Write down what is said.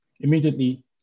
Immediately